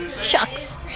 Shucks